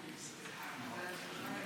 אפשר להצביע עכשיו, אדוני היושב-ראש?